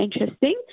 interesting